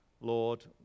Lord